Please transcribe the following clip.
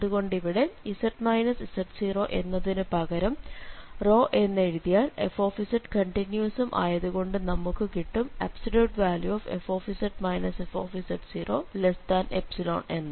അതുകൊണ്ട് ഇവിടെ z z0 എന്നതിനു പകരം എന്ന് എഴുതിയാൽ f കണ്ടിന്യൂസും ആയതു കൊണ്ട് നമുക്ക് കിട്ടും fz fz0ϵ എന്ന്